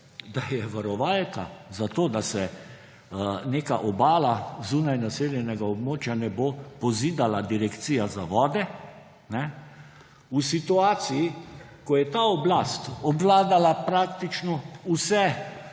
da je varovalka za to, da se neka obala zunaj naseljenega območja ne bo pozidala, Direkcija za vode, v situaciji, ko je ta oblast obvladala praktično vse